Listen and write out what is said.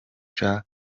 tukajya